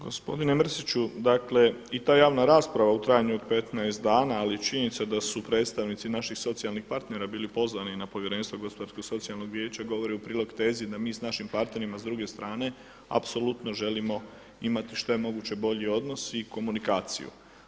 Gospodine Mrsiću, dakle i ta javna rasprava u trajanju od 15 dana ali i činjenica da su predstavnici naših socijalnih partnera bili pozvani na povjerenstvo Gospodarsko socijalnog vijeća govori u prilog tezi da mi s našim partnerima s druge strane apsolutno želimo imati što je moguće bolji odnos i komunikaciju.